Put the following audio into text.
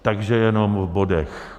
Takže jenom v bodech.